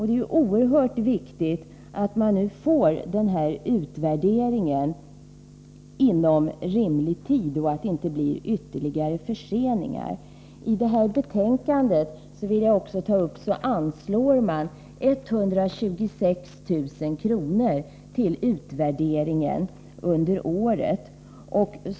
Det är oerhört viktigt att man får utvärderingen inom rimlig tid och att det inte blir ytterligare förseningar. Enligt betänkandet anslås 126 000 kr. till utvärderingen under året.